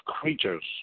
creatures